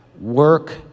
work